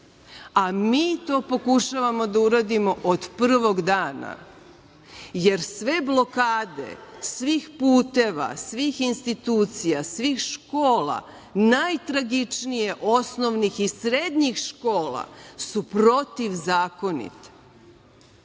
a mi to pokušavamo da uradimo od prvog dana, jer sve blokade svih puteva, svih institucija, svih škola, najtragičnije osnovnih i srednjih škola su protivzakonit. Ovo